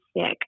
sick